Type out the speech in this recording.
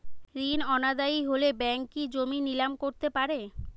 ঋণ অনাদায়ি হলে ব্যাঙ্ক কি জমি নিলাম করতে পারে?